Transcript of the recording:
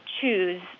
choose